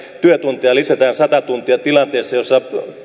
työtunteja lisätään sata tuntia tilanteessa jossa